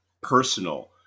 personal